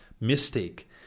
mistake